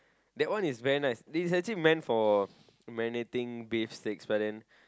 that one is meant is actually meant for marinating beef steaks but then